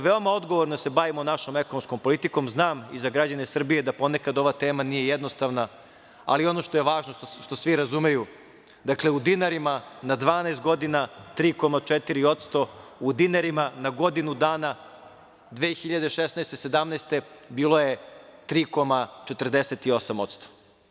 Veoma odgovorno se bavimo našom ekonomskom politikom, znam i za građane Srbije da poneka ova tema nije jednostavna, ali ono što je važno, što svi razumeju, dakle u dinarima, na 12 godina 3,4%, u dinarima na godinu dana 2016. – 2017. godine bilo je 3,48%